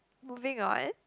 moving on